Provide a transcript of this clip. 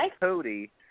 Cody